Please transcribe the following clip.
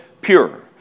pure